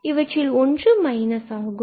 இவற்றில் ஒன்று ஆகும்